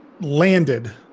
landed